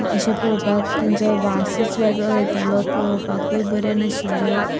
अशें पळोवपाक तेंचो वासच वेगळो येतालो पळोवपाक बी बऱ्यो नाशिल्ल्यो